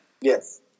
Yes